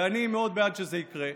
אני מאוד בעד שזה יקרה.